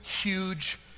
huge